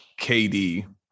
KD